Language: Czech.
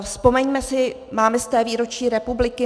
Vzpomeňme si, máme sté výročí republiky.